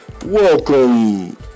Welcome